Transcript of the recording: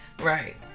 Right